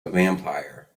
vampire